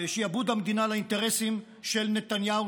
שעבוד המדינה לאינטרסים של נתניהו,